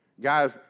guys